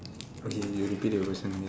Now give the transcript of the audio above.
okay you repeat the question again